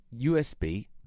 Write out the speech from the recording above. USB